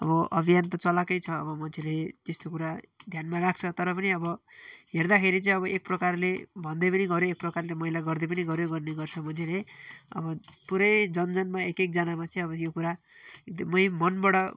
अब अभियान त चलाएकै छ अब मन्छेले त्यस्तो कुरा ध्यानमा राख्छ तर पनि अब हेर्दाखेरि चाहिँ अब एक प्रकारले भन्दै पनि गर्यो एक प्रकारले मैला गर्दै पनि गर्यो गर्ने गर्छ मान्छेले अब पुरै जन जनमा एक एकजनामा चाहिँ अब यो एकदमै मनबाट